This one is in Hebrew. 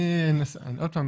עוד פעם,